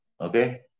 Okay